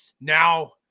now